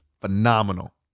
phenomenal